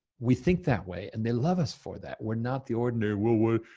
we think that way and they love us for that. we're not the ordinary, well we're,